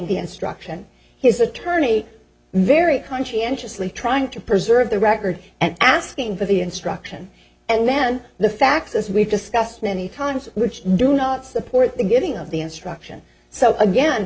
the instruction his attorney very conscientiously trying to preserve the record and asking for the instruction and then the facts as we've discussed many times which do not support the giving of the instruction so again